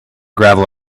gravel